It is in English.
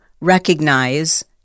recognize